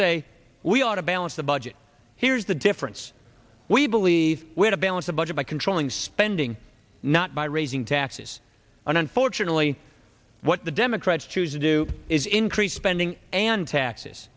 say we ought to balance the budget here's the difference we believe we're to balance the budget by controlling spending not by raising taxes on unfortunately what the democrats choose to do is increase spending and taxes